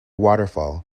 waterfall